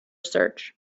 search